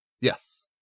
yes